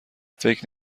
فکر